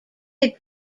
had